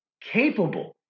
capable